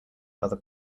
other